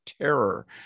terror